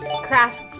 Craft